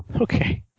Okay